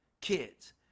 kids